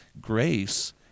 grace